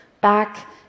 back